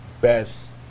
best